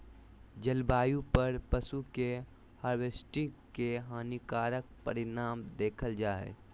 जलवायु पर पशु के हार्वेस्टिंग के हानिकारक परिणाम देखल जा हइ